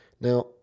Now